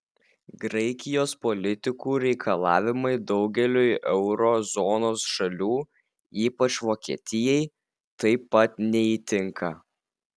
graikijos politikų reikalavimai daugeliui euro zonos šalių ypač vokietijai taip pat neįtinka